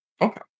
Okay